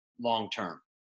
long-term